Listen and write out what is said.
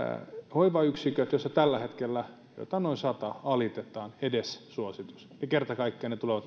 hoivayksiköt joissa tällä hetkellä alitetaan edes suositus joita on noin sata kerta kaikkiaan tulevat